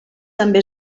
també